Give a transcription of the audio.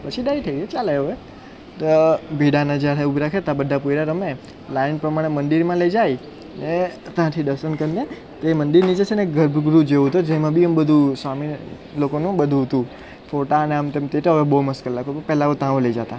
પછી ડાહી થઈ ગઈ ચાલે હવે તો ભીડાના ઝાડે ઊભી રાખે તા બધા પોયરા રમે લાઈન પ્રમાણે મંદિરમાં લઈ જાય ને ત્યાંથી દર્શન કરીને તે મંદિર નીચે છેને ગર્ભ ગૃહ જેવું હતું જેમાં બી એમ બધું સ્વામિ લોકોનું બધું હતું ફોટાને આમ તેમ તે તો હવે બહુ મસ્ત કરી નાખ્યું પહેલાં ત્યાં લઈ જતા